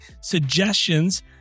suggestions